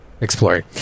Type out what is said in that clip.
exploring